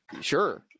sure